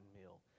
meal